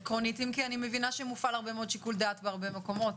אם כי אני מבינה שמופעל הרבה מאוד שיקול דעת בהרבה מקומות.